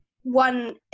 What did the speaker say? one